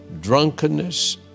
drunkenness